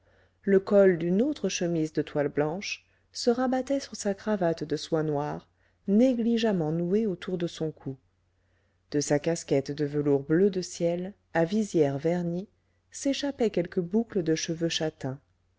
le col d'une autre chemise de toile blanche se rabattait sur sa cravate de soie noire négligemment nouée autour de son cou de sa casquette de velours bleu de ciel à visière vernie s'échappaient quelques boucles de cheveux châtains